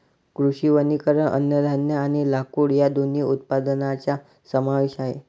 कृषी वनीकरण अन्नधान्य आणि लाकूड या दोन्ही उत्पादनांचा समावेश आहे